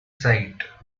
site